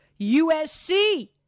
USC